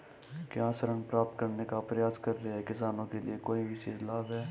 क्या ऋण प्राप्त करने का प्रयास कर रहे किसानों के लिए कोई विशेष लाभ हैं?